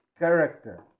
character